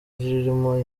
ririmo